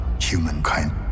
humankind